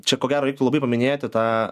čia ko gero reiktų labai paminėti tą